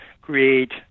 create